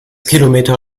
kilometer